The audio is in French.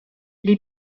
les